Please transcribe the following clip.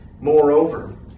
Moreover